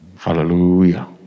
Hallelujah